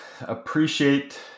appreciate